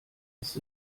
ist